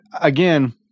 again